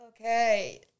Okay